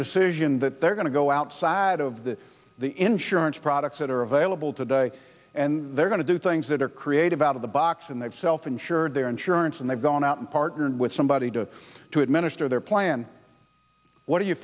decision that they're going to go outside of the the insurance products that are available today and they're going to do things that are creative out of the box and they've self insured their insurance and they've gone out and partnered with somebody to to administer their plan what do you